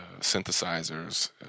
synthesizers